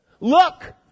Look